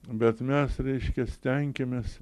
bet mes reiškia stenkimės